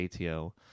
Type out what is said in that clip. ATO